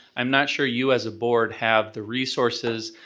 i'm not sure you, as a board, have the resources,